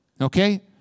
Okay